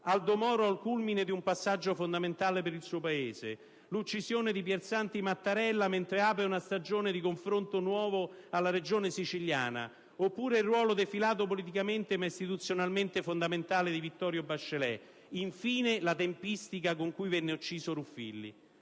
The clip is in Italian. Aldo Moro al culmine di un passaggio fondamentale per il Paese; l'uccisione di Piersanti Mattarella mentre apre una stagione di confronto nuovo alla Regione siciliana, oppure il ruolo, defilato politicamente ma istituzionalmente fondamentale, di Vittorio Bachelet; infine, la "tempistica" con cui venne ucciso Ruffilli.